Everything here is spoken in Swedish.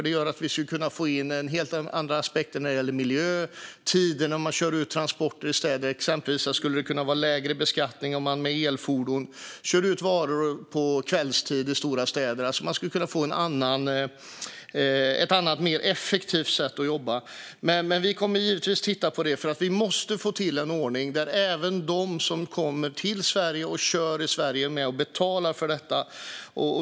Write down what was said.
Det skulle göra att det går att få in helt andra aspekter när det gäller miljö och tider då transporter körs ut i städer - exempelvis skulle det kunna vara lägre beskattning om elfordon kör ut varor på kvällstid i stora städer. Det skulle kunna ge ett annat, mer effektivt sätt att jobba. Vi kommer givetvis att titta på det här, för det måste bli en ordning där även de som kommer till Sverige och kör i Sverige är med och betalar för detta.